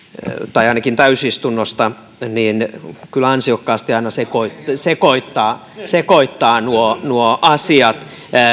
tai ainakin täysistunnosta kyllä ansiokkaasti aina sekoittaa sekoittaa nuo nuo asiat